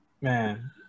Man